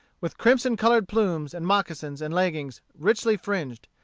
with crimson-colored plumes, and moccasins and leggins richly fringed,